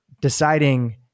deciding